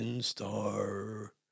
star